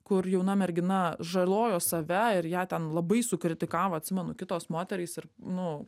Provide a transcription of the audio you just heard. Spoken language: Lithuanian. kur jauna mergina žalojo save ir ją ten labai sukritikavo atsimenu kitos moterys ir nu